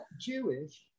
Jewish